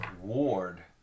ward